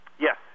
Yes